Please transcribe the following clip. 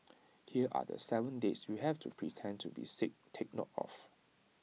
here are the Seven dates you have to pretend to be sick take note of